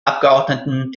abgeordneten